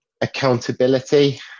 accountability